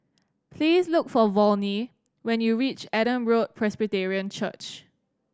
please look for Volney when you reach Adam Road Presbyterian Church